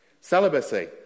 Celibacy